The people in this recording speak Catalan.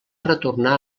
retornar